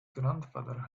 grandfather